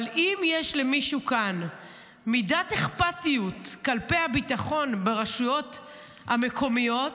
אבל אם יש למישהו כאן מידת אכפתיות כלפי הביטחון ברשויות המקומיות,